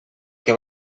que